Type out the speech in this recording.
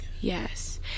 Yes